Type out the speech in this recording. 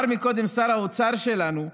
אמר קודם שר האוצר שלנו שהם,